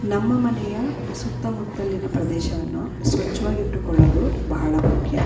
ನಮ್ಮ ಮನೆಯ ಸುತ್ತಮುತ್ತಲಿನ ಪ್ರದೇಶವನ್ನು ಸ್ವಚ್ಛವಾಗಿಟ್ಟುಕೊಳ್ಳೋದು ಬಹಳ ಮುಖ್ಯ